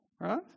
right